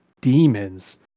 demons